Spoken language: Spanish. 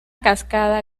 cascada